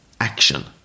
action